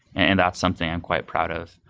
and that's something i'm quite proud of.